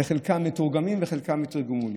חלקם מתורגמים ואת חלקם תרגמו לי.